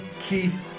Keith